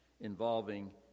involving